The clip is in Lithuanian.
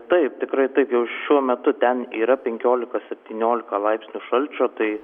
taip tikrai taip jau šiuo metu ten yra penkiolika septyniolika laipsnių šalčio tai